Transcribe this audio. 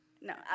No